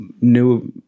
new